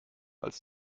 als